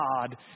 God